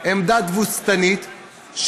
עמדה תבוסתנית,